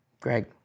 Greg